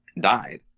died